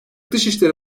dışişleri